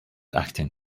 acting